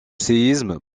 séisme